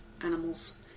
animals